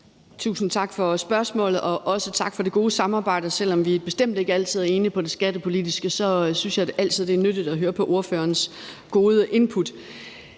Tusind tak for spørgsmålet, og også tak for det gode samarbejde. Selv om vi bestemt ikke altid er enige om det skattepolitiske, synes jeg altid, det er nyttigt at høre ordførerens gode input.